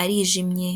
arijimye.